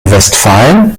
westfalen